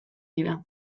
dira